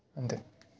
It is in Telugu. అంతే